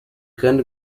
kandi